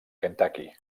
kentucky